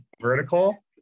vertical